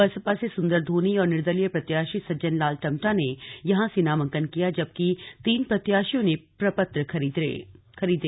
बसपा से सुन्दर धोनी और निर्दलीय प्रत्याशी सज्जन लाल टम्टा ने यहां से नामांकन किया जबकि तीन प्रत्याशियों ने प्रपत्र खरीदे